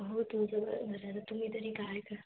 अहो तुमचं बरोबर आहे आता तुम्ही तरी काय कराल